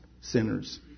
sinners